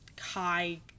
high